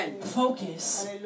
Focus